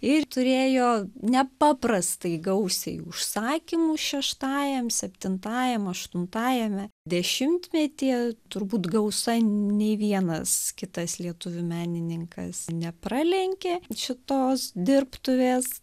ir turėjo nepaprastai gausiai užsakymų šeštajam septintajam aštuntajame dešimtmetyje turbūt gausa nei vienas kitas lietuvių menininkas nepralenkė šitos dirbtuvės